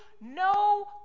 no